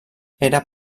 era